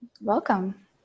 Welcome